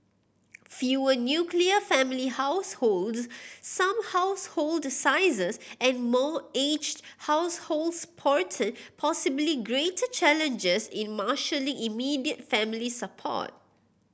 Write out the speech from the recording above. fewer nuclear family households some household sizes and more aged households portend possibly greater challenges in marshalling immediate family support